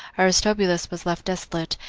aristobulus was left desolate,